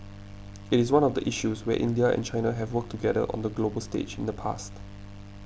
it is one of the issues where India and China have worked together on the global stage in the past